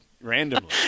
randomly